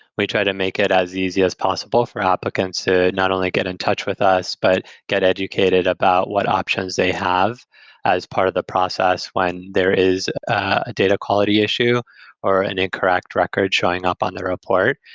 we try to make it as easy as possible for applicants to not only get in touch with us, but get educated about what options they have as part of the process when there is a data quality issue or an incorrect record showing up on the report.